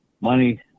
money